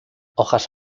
hojas